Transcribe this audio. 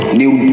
new